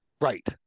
Right